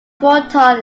fulton